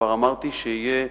כבר אמרתי שיהיה